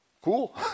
Cool